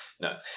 No